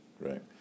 right